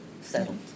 settled